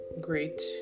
great